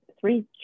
three